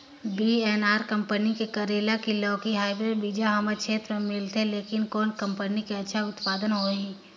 VNR company के करेला की लौकी हाईब्रिड बीजा हमर क्षेत्र मे मिलथे, लेकिन कौन कंपनी के अच्छा उत्पादन होही?